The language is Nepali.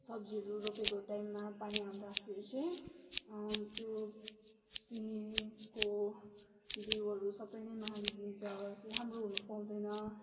सब्जीहरू रोपेको टाइममा पानी आउँदाखेरि चाहिँ त्यो सिमीको बिउहरू सबै नै मारिदिन्छ राम्रो हुनु पाउँदैन